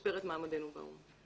לשפר את מעמדנו באו"ם.